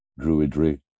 druidry